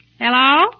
Hello